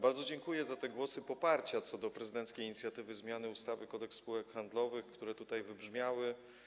Bardzo dziękuję za te głosy poparcia dla prezydenckiej inicjatywy zmiany ustawy Kodeks spółek handlowych, które tutaj wybrzmiały.